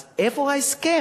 אז איפה ההסכם?